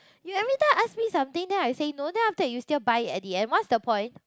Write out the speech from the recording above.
you every time ask me something then I say no then after that you still buy it at the end what's the point